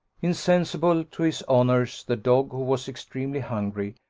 insensible to his honours, the dog, who was extremely hungry,